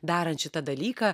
darant šitą dalyką